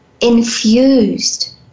infused